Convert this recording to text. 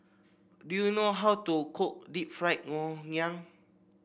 do you know how to cook Deep Fried Ngoh Hiang